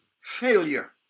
failure